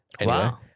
Wow